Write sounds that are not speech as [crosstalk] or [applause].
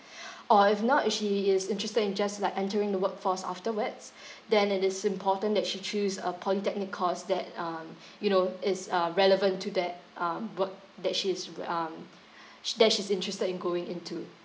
or if not if she is interested in just like entering the workforce afterwards then it is important that she choose a polytechnic course that um you know is uh relevant to that um work that she is [noise] um sh~ that she's interested in going into